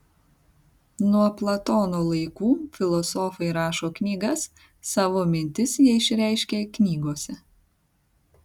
nuo platono laikų filosofai rašo knygas savo mintis jie išreiškia knygose